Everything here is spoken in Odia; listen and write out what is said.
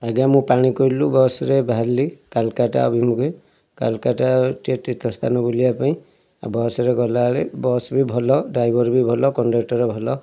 ଆଜ୍ଞା ମୁଁ ପାଣିକୋଇଲିରୁ ବସ୍ରେ ବାହାରିଲି କାଲକାଟା ଅଭିମୁଖେ କାଲକାଟା ଟିକେ ତୀର୍ଥସ୍ଥାନ ବୁଲିବା ପାଇଁ ଆଉ ବସ୍ରେ ଗଲା ବେଳେ ବସ୍ ବି ଭଲ ଡ୍ରାଇଭର୍ ବି ଭଲ କଣ୍ଡକ୍ଟର୍ ବି ଭଲ